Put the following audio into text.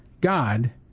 God